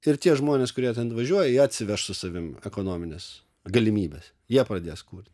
ir tie žmonės kurie ten važiuoja jie atsiveš su savimi ekonomines galimybes jie pradės kurti